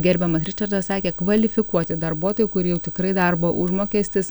gerbiamas ričardas sakė kvalifikuoti darbuotojai kur jau tikrai darbo užmokestis